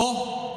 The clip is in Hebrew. אוה,